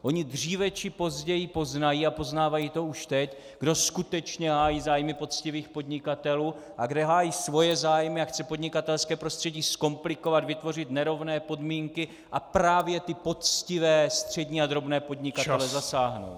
Oni dříve či později poznají, a poznávají to už teď, kdo skutečně hájí zájmy poctivých podnikatelů a kdo hájí svoje zájmy a chce podnikatelské prostředí zkomplikovat, vytvořit nerovné podmínky a právě ty poctivé střední a drobné podnikatele zasáhnout.